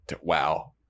Wow